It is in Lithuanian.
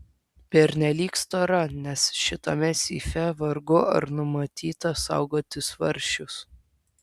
pernelyg stora nes šitame seife vargu ar numatyta saugoti svarsčius